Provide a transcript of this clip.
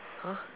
!huh!